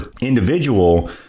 individual